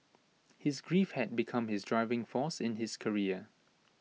his grief had become his driving force in his career